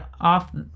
off